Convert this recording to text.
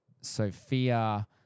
Sophia